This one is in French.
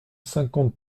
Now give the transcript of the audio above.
cinquante